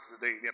today